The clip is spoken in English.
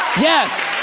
yes!